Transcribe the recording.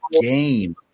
game